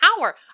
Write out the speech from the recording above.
hour